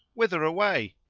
whither away?